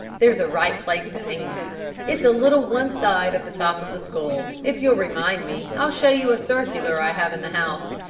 there's a right place to aim at. it's a little one side of the top of the skull. if you'll remind me i'll show you a circular i have in the house.